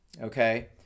Okay